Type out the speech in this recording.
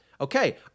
Okay